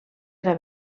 era